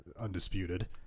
undisputed